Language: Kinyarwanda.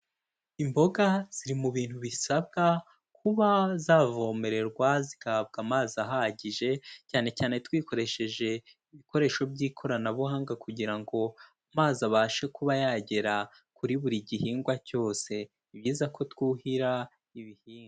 Imboga ziri mu bintu bisabwa kuba zavomererwa zigahabwa amazi ahagije cyane cyane twikoresheje ibikoresho by'ikoranabuhanga kugira ngo amazi abashe kuba yagera kuri buri gihingwa cyose. Ni byiza ko twuhira ibihingwa.